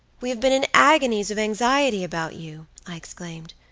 we have been in agonies of anxiety about you, i exclaimed.